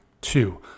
Two